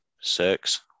Six